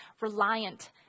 reliant